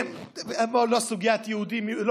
מאיפה אתה מביא, יש יהודים מומרים.